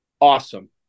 awesome